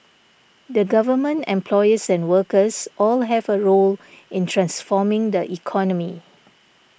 the Government employers and workers all have a role in transforming the economy